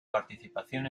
participación